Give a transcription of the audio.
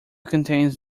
contains